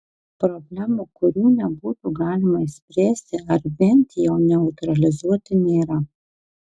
problemų kurių nebūtų galima išspręsti arba bent jau neutralizuoti nėra